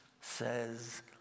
says